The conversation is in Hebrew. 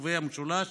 ביישובי המשולש